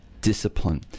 discipline